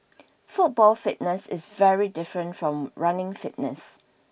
football fitness is very different from running fitness